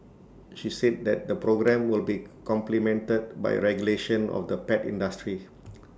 she said that the programme will be complemented by regulation of the pet industry